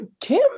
Kim